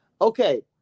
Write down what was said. okay